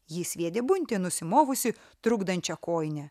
jį sviedė buntė nusimovusi trukdančią kojinę